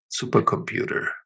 supercomputer